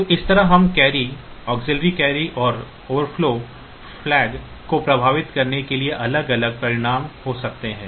तो इस तरह हम कैरी ऑक्सिलिआरी कैरी और ओवरफ्लो झंडे को प्रभावित करने के लिए अलग अलग परिणाम हो सकते हैं